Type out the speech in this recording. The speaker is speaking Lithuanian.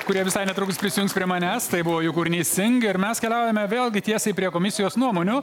kurie visai netrukus prisijungs prie manęs tai buvo jų kūrinys sing ir mes keliaujame vėlgi tiesiai prie komisijos nuomonių